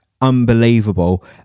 unbelievable